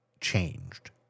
changed